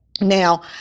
Now